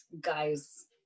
guys